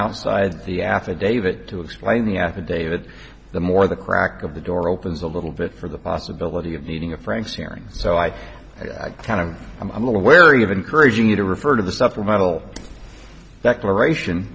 outside the affidavit to explain the affidavit the more the crack of the door opens a little bit for the possibility of needing a frank's hearing so i kind of i'm a little wary of encouraging you to refer to the supplemental declaration